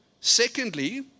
Secondly